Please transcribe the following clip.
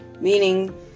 Meaning